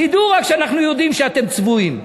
תדעו רק שאנחנו יודעים שאתם צבועים.